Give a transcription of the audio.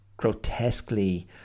grotesquely